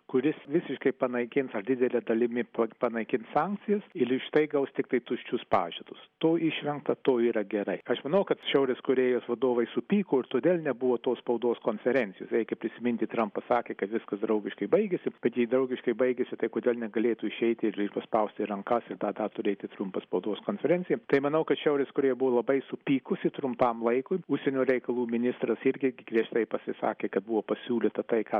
kuris visiškai panaikins ar didele dalimi panaikins sankcijas ir už tai gaus tiktai tuščius pažadus to išvengta to yra gerai aš manau kad šiaurės korėjos vadovai supyko ir todėl nebuvo tos spaudos konferencijos reikia prisiminti trampas sakė kad viskas draugiškai baigėsi bet jei draugiškai baigėsi tai kodėl negalėtų išeiti ir paspausti rankas tą turėti trumpą spaudos konferenciją tai manau kad šiaurės korėja buvo labai supykusi trumpam laikui užsienio reikalų ministras irgi griežtai pasisakė kad buvo pasiūlyta tai ką